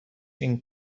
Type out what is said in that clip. این